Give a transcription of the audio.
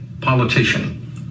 politician